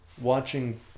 watching